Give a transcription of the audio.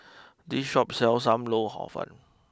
this Shop sells Sam Lau Hor fun